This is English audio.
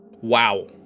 wow